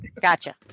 Gotcha